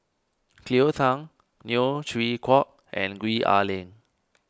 Cleo Thang Neo Chwee Kok and Gwee Ah Leng